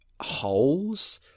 holes